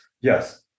yes